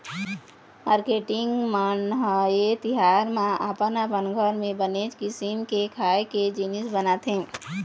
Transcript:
marketing मन ह ए तिहार म अपन अपन घर म बनेच किसिम के खाए के जिनिस बनाथे